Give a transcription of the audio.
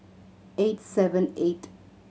eight seven eight